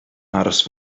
aros